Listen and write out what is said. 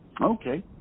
Okay